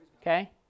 Okay